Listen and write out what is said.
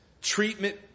treatment